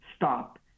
stop